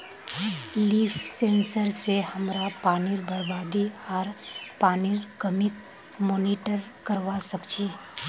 leaf sensor स हमरा पानीर बरबादी आर पानीर कमीक मॉनिटर करवा सक छी